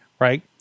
right